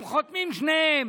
הם חותמים שניהם.